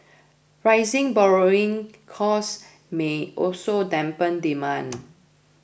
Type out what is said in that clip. rising borrowing costs may also dampen demand